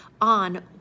on